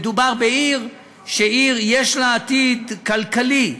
מדובר בעיר שיש לה עתיד כלכלי.